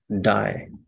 die